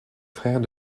frère